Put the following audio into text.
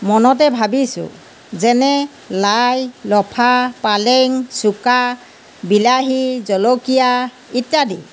মনতে ভাবিছোঁ যেনে লাই লফা পালেং চুকা বিলাহী জলকীয়া ইত্যাদি